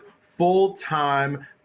full-time